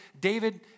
David